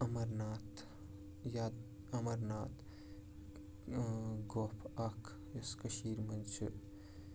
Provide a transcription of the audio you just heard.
اَمَرناتھ یا اَمَرنات گۄپھ اَکھ یُس کٔشیٖرِ منٛز چھِ